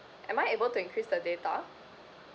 am I able to increase the data